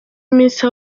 iminsi